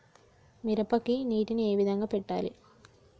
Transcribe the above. మిరపకి నీటిని ఏ విధంగా పెట్టాలి?